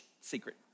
Secret